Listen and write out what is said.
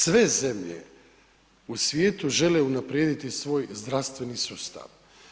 Sve zemlje u svijetu žele unaprijediti svoj zdravstveni sustav.